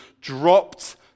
dropped